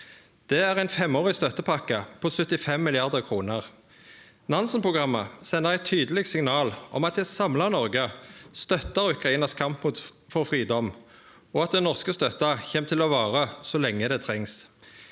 Det er ein femårig støttepakke på 75 mrd. kr. Nansen-programmet sender eit tydeleg signal om at eit samla Noreg støttar Ukrainas kamp for fridom, og at den norske støtta kjem til å vare så lenge det trengst.